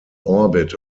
orbit